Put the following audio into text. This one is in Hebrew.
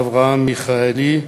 אברהם מיכאלי,